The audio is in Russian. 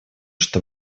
что